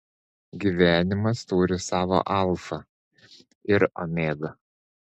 gyvenimas turi savo alfą ir omegą